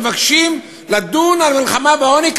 והם מבקשים לדון על המלחמה בעוני,